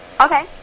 okay